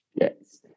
Yes